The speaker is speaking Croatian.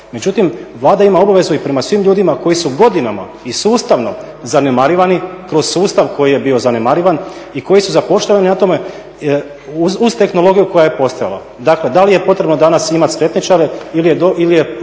međutim Vlada ima obavezu i prema svim ljudima koji su godinama i sustavno zanemarivani kroz sustav koji je bio zanemarivan i koji su zapošljavani na tome uz tehnologiju koja je postojala. Dakle da li je potrebno danas imat skretničare ili je